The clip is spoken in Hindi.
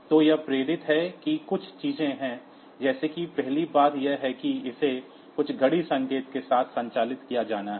तो यह प्रेरित है कि कुछ चीजें हैं जैसे कि पहली बात यह है कि इसे कुछ घड़ी संकेत के साथ संचालित किया जाना है